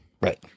Right